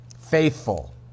Faithful